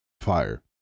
fire